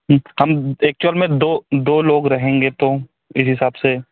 हम एक्चवल में दो दो लोग रहेंगे तो इस हिसाब से